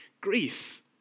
grief